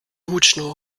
hutschnur